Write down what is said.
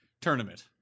tournament